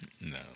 No